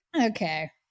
Okay